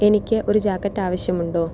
എനിക്ക് ഒരു ജാക്കറ്റ് ആവശ്യമുണ്ടോ